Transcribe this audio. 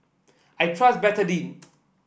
I trust Betadine